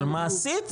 אבל מעשית,